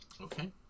Okay